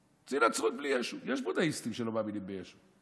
ישו, יש בודהיסטים שלא מאמינים בישו,